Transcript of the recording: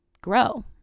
grow